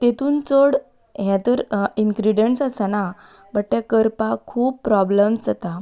तातूंत चड हें तर इँग्रिडियंट्स आसना बट तें करपाक खूब प्रोब्लम्स येता